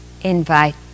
invite